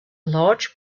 large